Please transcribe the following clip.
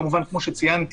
כמובן כמו שציינתי,